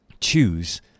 Choose